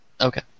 Okay